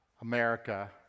America